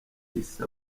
ihise